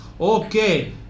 Okay